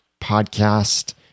podcast